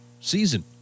season